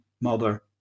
mother